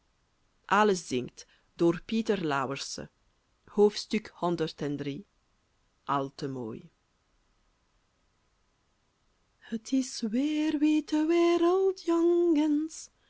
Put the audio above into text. al te mooi het is weer witte wereld